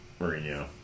Mourinho